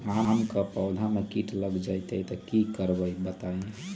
आम क पौधा म कीट लग जई त की करब बताई?